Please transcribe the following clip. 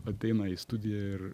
ateina į studiją ir